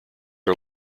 are